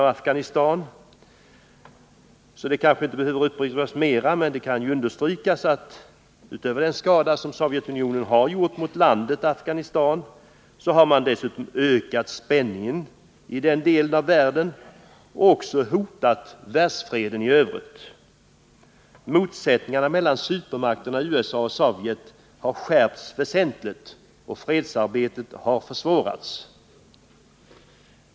Därför är det kanske onödigt att säga något mera om detta, men det bör understrykas att utöver den skada som Sovjetunionen har förorsakat Afghanistan har Sovjetunionen ökat spänningen i den delen av världen och också hotat världsfreden i övrigt. Motsättningarna mellan supermakterna USA och Sovjetunionen har skärpts väsentligt, och fredsarbetet har försvårats.